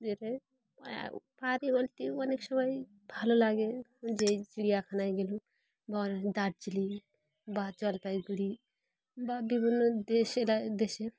যেতে পারি বলতে অনেক সময় ভালো লাগে যে চিড়িয়াখানায় গেলাম বা দার্জিলিং বা জলপাইগুড়ি বা বিভিন্ন দেশের দেশে